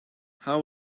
how